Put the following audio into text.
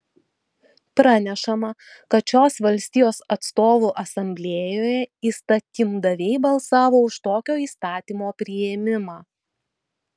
pranešama kad šios valstijos atstovų asamblėjoje įstatymdaviai balsavo už tokio įstatymo priėmimą